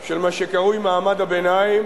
של מה שקרוי "מעמד הביניים",